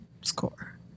Score